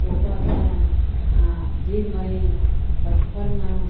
ऊपर से आ जीर मरीच पञ्चफोरना